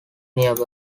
nearby